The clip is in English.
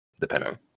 depending